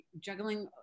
juggling